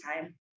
time